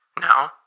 No